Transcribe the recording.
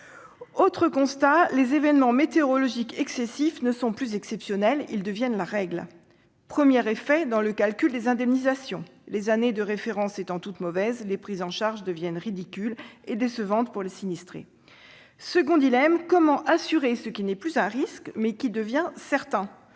Autre constat, les événements météorologiques excessifs ne sont plus exceptionnels, ils deviennent la règle. Le premier effet dans le calcul des indemnisations est que, les années de référence étant toutes mauvaises, les prises en charge deviennent ridicules et décevantes pour les sinistrés. Le second dilemme qui se pose à nous est le suivant : comment assurer ce qui n'est plus un risque, mais devient une